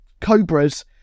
cobras